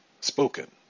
spoken